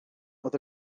oedd